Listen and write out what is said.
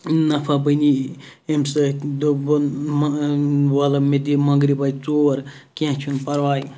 نَفَع بَنی امہِ سۭتۍ وَلہ مےٚ دِ مۄنٛگرِ بَچہ ژور کینٛہہ چھُنہ پَرواے